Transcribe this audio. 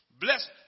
Bless